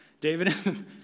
David